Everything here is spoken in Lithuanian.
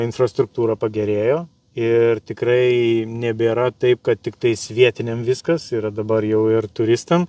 infrastruktūra pagerėjo ir tikrai nebėra taip kad tiktais vietiniam viskas yra dabar jau ir turistam